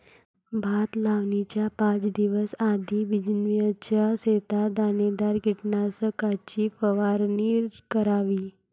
भात लावणीच्या पाच दिवस आधी बिचऱ्याच्या शेतात दाणेदार कीटकनाशकाची फवारणी करावी